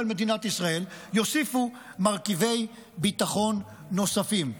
מדינת ישראל יוסיפו מרכיבי ביטחון נוספים.